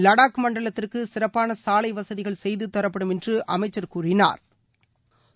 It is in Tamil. லடாக் மண்டலத்திற்கு சிறப்பான சாலை வசதிகள் செய்து தரப்படும் என்று அமைச்சர் கூறினாா்